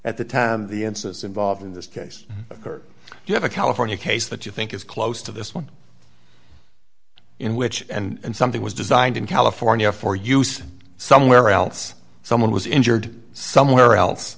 at the time the insists involved in this case occurred you have a california case that you think is close to this one in which and something was designed in california for use somewhere else someone was injured somewhere else